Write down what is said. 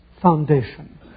foundation